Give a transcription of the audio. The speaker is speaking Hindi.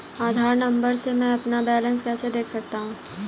आधार नंबर से मैं अपना बैलेंस कैसे देख सकता हूँ?